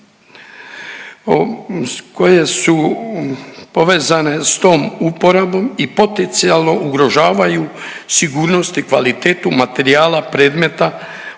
koje su povezane s tom uporabom i potencijalno ugrožavaju sigurnost i kvalitetu materijala predmeta